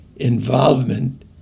Involvement